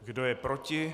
Kdo je proti?